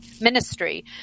ministry